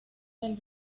del